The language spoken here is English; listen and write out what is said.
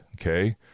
Okay